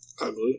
Ugly